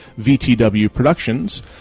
vtwproductions